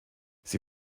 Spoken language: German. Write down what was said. sie